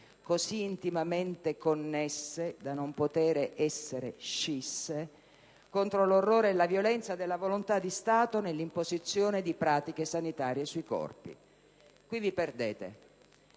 così intimamente connesse da non poter essere scisse, contro l'orrore e la violenza della volontà di Stato nell'imposizione di pratiche sanitarie sui corpi. Quindi, perdete.